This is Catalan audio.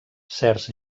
certs